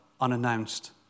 unannounced